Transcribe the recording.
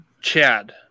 Chad